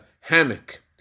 hammock